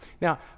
Now